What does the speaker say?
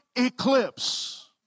eclipse